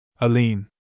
Aline